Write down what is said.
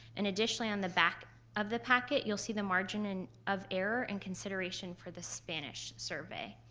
and additionally on the back of the packet you'll see the margin and of error and consideration for the spanish survey.